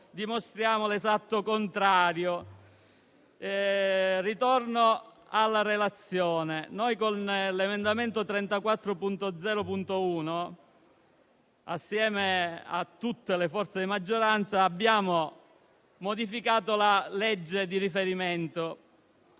dimostra l'esatto contrario. Ritorno al mio intervento. Con l'emendamento 34.0.1, insieme a tutte le forze di maggioranza, abbiamo modificato la legge di riferimento